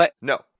No